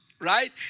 right